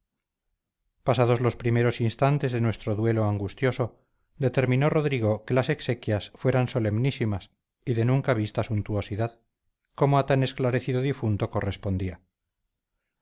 pasados los primeros instantes de nuestro duelo angustioso determinó rodrigo que las exequias fueran solemnísimas y de nunca vista suntuosidad como a tan esclarecido difunto correspondía